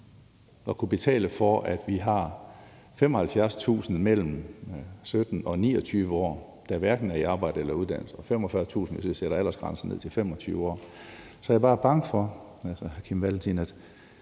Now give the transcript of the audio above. at kunne betale for, at vi har 75.000 mellem 17 og 29 år, der hverken er i arbejde eller i uddannelse – det er 45.000, hvis jeg sætter aldersgrænsen ned til 25 år – er jeg bare bange for, hr. Kim Valentin, at